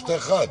ביקשת אחת.